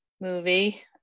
movie